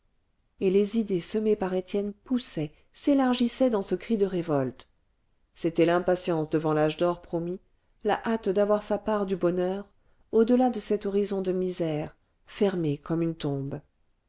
et les idées semées par étienne poussaient s'élargissaient dans ce cri de révolte c'était l'impatience devant l'âge d'or promis la hâte d'avoir sa part du bonheur au-delà de cet horizon de misère fermé comme une tombe